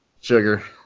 sugar